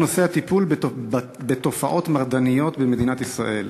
שאלה בנושא הטיפול בתופעות מרדניות במדינת ישראל.